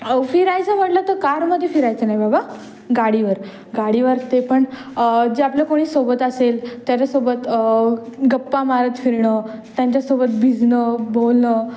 फिरायचं म्हटलं तर कारमध्ये फिरायचं नाही बाबा गाडीवर गाडीवर ते पण जे आपलं कोणी सोबत असेल त्याच्यासोबत गप्पा मारत फिरणं त्यांच्यासोबत भिजणं बोलणं